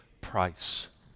price